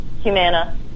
Humana